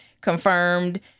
confirmed